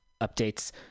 updates